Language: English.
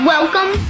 Welcome